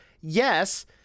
yes